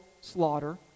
slaughter